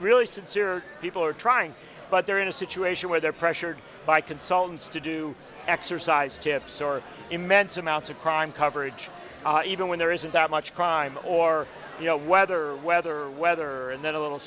really sincere people are trying but they're in a situation where they're pressured by consultants to do exercise tips or immense amounts of crime coverage even when there isn't that much crime or you know whether whether weather and then a little